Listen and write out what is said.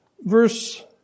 verse